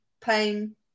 pain